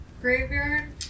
graveyard